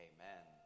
Amen